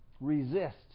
resist